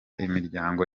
imiryango